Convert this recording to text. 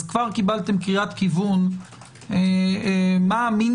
אז כבר קיבלתם קריאת כיוון מה המינימום